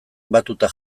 batuta